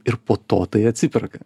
ir po to tai atsiperka